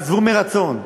עזבו מרצון.